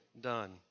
Done